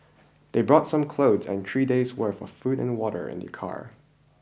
they brought some clothes and three days' worth of food and water in their car